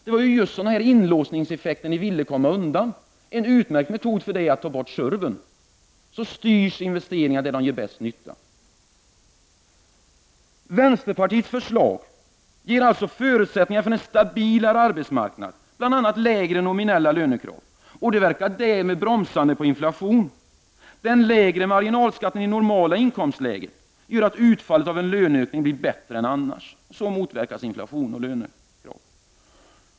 Det var sådana inlåsningseffekter ni ville komma undan, en utmärkt metod är att ta bort SURV-en och investeringarna styrs dit där de ger mest nytta. Vänsterpartiets förslag ger förutsättningar för en stabilare arbetsmarknad, bl.a. lägre nominella lönekrav, och det verkar därmed bromsande på inflationen. Den lägre marginalskatten i normala inkomstlägen gör att utfallet av en löneökning blir bättre än annars. Så motverkas inflation och lönekrav.